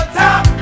top